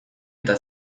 eta